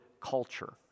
culture